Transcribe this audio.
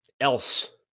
else